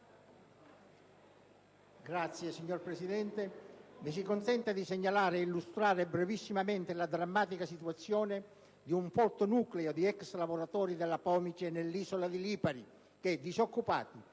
*(PD)*. Signor Presidente, mi si consenta di segnalare e illustrare brevissimamente la drammatica situazione di un folto nucleo di ex lavoratori della pomice nell'isola di Lipari che, disoccupati,